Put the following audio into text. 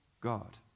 God